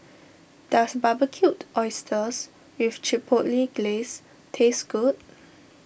does Barbecued Oysters with Chipotle Glaze taste good